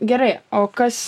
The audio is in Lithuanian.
gerai o kas